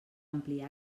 ampliar